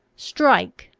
strike!